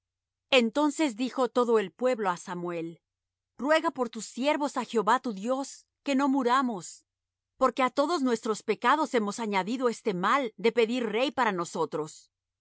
entonces dijo todo el pueblo á samuel ruega por tus siervos á jehová tu dios que no muramos porque á todos nuestros pecados hemos añadido este mal de pedir rey para nosotros